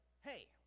hey